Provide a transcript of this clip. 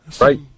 Right